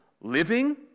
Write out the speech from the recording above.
living